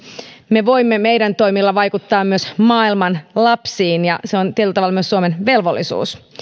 me voimme meidän toimillamme vaikuttaa myös maailman lapsiin ja se on tietyllä tavalla myös suomen velvollisuus